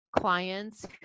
clients